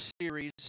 series